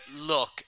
look